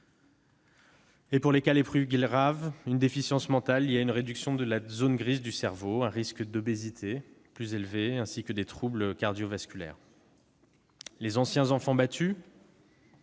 et, pour les cas les plus graves, une déficience mentale liée à une réduction de la zone grise du cerveau, un risque d'obésité plus élevé ainsi que des troubles cardiovasculaires. Les anciens enfants battus,